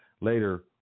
later